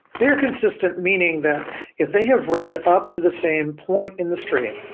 they're consistent, meaning that if they have read up to the same point in the stream,